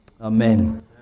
amen